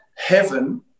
Heaven